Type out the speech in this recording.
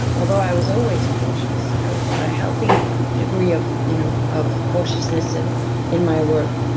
although i was always cautious, a healthy degree of you know of cautiousness and in my work,